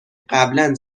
قبلا